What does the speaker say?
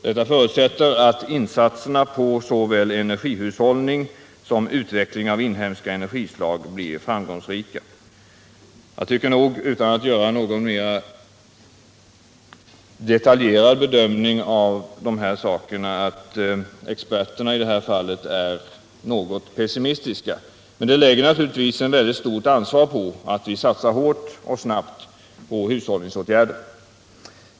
Detta förutsätter att insatserna på såväl energihushållning som utveckling av inhemska energislag blir framgångsrika. Jag tycker nog, utan att göra någon mera detaljerad bedömning av dessa saker, att experterna i detta fall är något pessimistiska. Men det lägger naturligtvis ett mycket stort ansvar på oss att satsa hårt och snabbt på hushållsåtgärder.